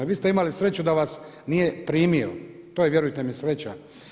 Vi ste imali sreću da vas nije primio to je vjerujete mi sreća.